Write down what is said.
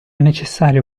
necessario